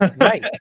right